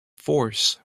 force